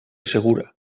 segura